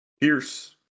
Pierce